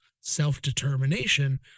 self-determination